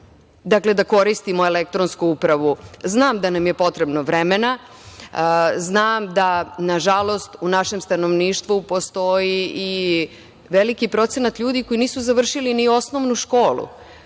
dakle da koristimo elektronsku upravu. Znam da nam je potrebno vremena, znam da nažalost u našem stanovništvu postoji i veliki procenat ljudi koji nisu završili ni osnovnu školu,